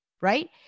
Right